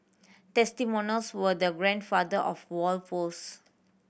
testimonials were the grandfather of wall posts